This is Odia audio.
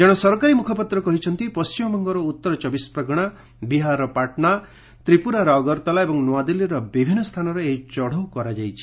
ଜଣେ ସରକାରୀ ମୁଖପାତ୍ର କହିଛନ୍ତି ପଣ୍ଢିମବଙ୍ଗର ଉଉର ଚବିଶ ପ୍ରଗଣା ବିହାରର ପାଟଣା ତ୍ରିପୁରାର ଅଗରତାଲା ଏବଂ ନୂଆଦିଲ୍ଲୀର ବିଭିନ୍ନ ସ୍ଥାନରେ ଏହି ଚଡ଼ଉ କରାଯାଇଛି